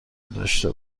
داشته